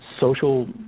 social